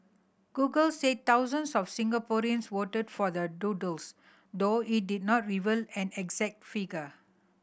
google said thousands of Singaporeans voted for the doodles though it did not reveal an exact figure